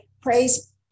praise